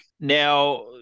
Now